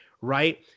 Right